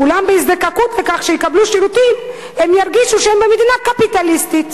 אולם כשיזדקקו לקבל שירותים הם ירגישו שהם במדינה קפיטליסטית.